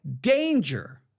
danger